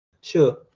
Sure